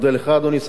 אדוני שר החינוך,